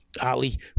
Ali